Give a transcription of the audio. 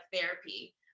therapy